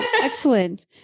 excellent